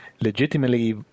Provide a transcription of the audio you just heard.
legitimately